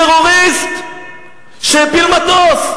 טרוריסט שהפיל מטוס,